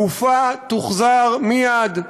הגופה תוחזר מייד,